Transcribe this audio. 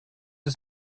ist